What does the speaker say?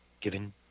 given